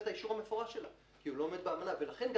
את האישור המפורש שלה כי הוא לא עומד באמנה לכן גם